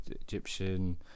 Egyptian